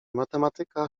matematyka